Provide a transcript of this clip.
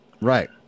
Right